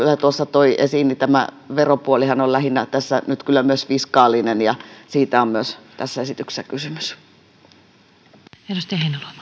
toi esiin niin tämä veropuolihan on lähinnä tässä nyt kyllä myös fiskaalinen ja siitä on myös tässä esityksessä kysymys